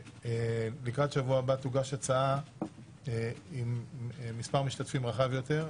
שלקראת שבוע הבא תוגש הצעה עם מספר משתתפים רחב יותר.